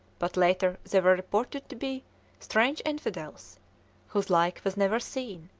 but later they were reported to be strange infidels whose like was never seen,